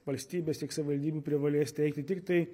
valstybės tiek savivaldybių privalės teikti tiktai